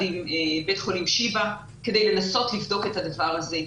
עם בית חולים שיבא כדי לנסות לבדוק את הדבר הזה.